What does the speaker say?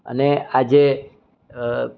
અને આજે